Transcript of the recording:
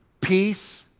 peace